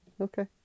Okay